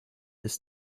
ist